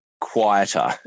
quieter